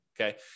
okay